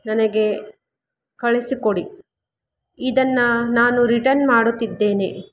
ನನಗೆ ಕಳಿಸಿಕೊಡಿ ಇದನ್ನು ನಾನು ರಿಟನ್ ಮಾಡುತ್ತಿದ್ದೇನೆ